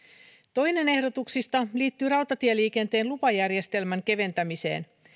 toinen ehdotuksista liittyy rautatieliikenteen lupajärjestelmän keventämiseen